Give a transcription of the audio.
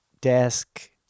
desk